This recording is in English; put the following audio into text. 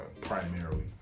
primarily